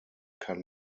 kann